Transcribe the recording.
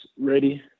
ready